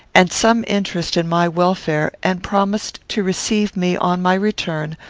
and some interest in my welfare, and promised to receive me, on my return,